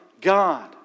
God